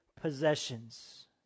possessions